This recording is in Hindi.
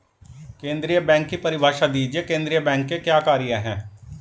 केंद्रीय बैंक की परिभाषा दीजिए केंद्रीय बैंक के क्या कार्य हैं?